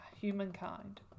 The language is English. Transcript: humankind